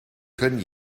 können